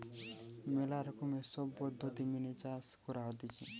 ম্যালা রকমের সব পদ্ধতি মেনে চাষ করা হতিছে